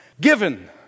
given